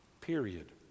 Period